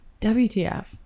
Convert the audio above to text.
WTF